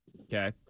Okay